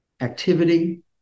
activity